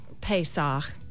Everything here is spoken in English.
Pesach